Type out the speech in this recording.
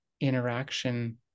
interaction